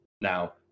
Now